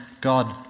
God